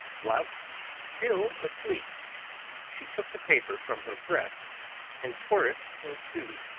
whilst still asleep she took the paper from her breast and tore it in two.